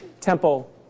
temple